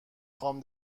خوام